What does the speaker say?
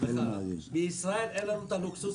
בישראל אין לנו הלוקסוס,